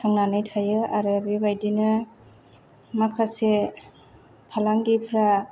थांनानै थायो आरो बेबाइदिनो माखासे फालांगिफ्रा